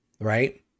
right